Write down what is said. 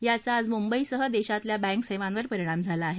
याचा आज मुंबईसह देशातल्या बँक सेवांवार परिणाम झाला आहे